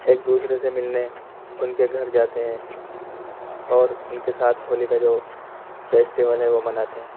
ایک دوسرے سے ملنے ان کے گھر جاتے ہیں اور ان کے ساتھ ہولی کا جو فیسٹیول ہے وہ مناتے ہیں